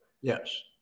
Yes